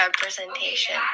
representation